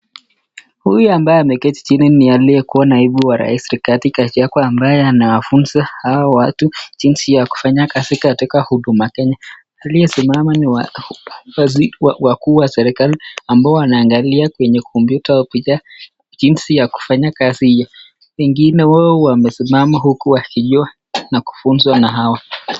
huyu ambaye ameketi chini ni aliyekuwa naibu wa rais rigathi gachagwa ambaye anawafunza hawa watu jinsi ya kufanya katika uduma kenya, aliyesimama ni wakuu waserekali ambao wanaangalia kwenye [computer] jinzi ya kufanya kazi hiyo wengine wao wamesimama huku wakijua kufunzwa na hawa.